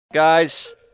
Guys